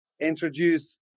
introduce